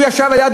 הוא ישב ליד,